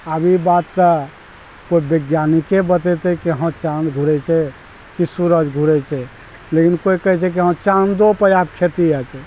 आब ई बात तऽ कोइ वैज्ञानिके बतेतै कि हँ चाँद घुरै छै कि सूरज घुरै छै लेकिन कोइ कहै छै कि हँ चाँदो पर आब खेती हेतै